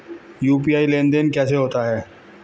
UPI में लेनदेन कैसे होता है?